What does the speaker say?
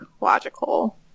logical